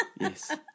Yes